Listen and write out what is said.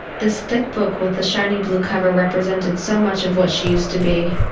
this thick book with the shiny blue cover represented so much of what she used to be.